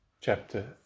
chapter